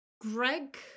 Greg